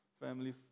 Family